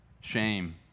shame